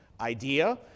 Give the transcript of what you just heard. idea